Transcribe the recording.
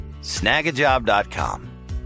Snagajob.com